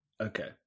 okay